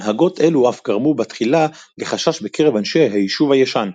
הנהגות אלו אף גרמו בתחילה לחשש בקרב אנשי היישוב הישן,